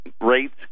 rates